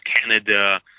Canada